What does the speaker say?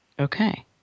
Okay